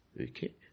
Okay